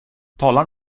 talar